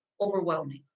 overwhelming